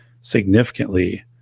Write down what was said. significantly